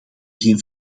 geen